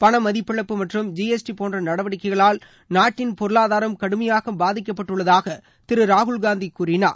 பணமதிப்பிழப்பு மற்றும் ஜிஎஸ்டி போன்ற நடவடிக்கைகளால் நாட்டின் பொருளாதாரம் கடுமையாக பாதிக்கப்பட்டுள்ளதாக திரு ராகுல்காந்தி கூறினார்